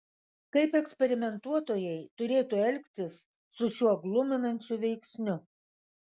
kaip eksperimentuotojai turėtų elgtis su šiuo gluminančiu veiksniu